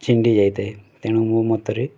ଛିଣ୍ଡି ଯାଇଥାଏ ତେଣୁ ମୋ ମତରେ